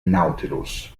nautilus